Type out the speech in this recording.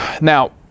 Now